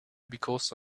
because